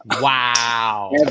wow